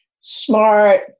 smart